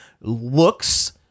looks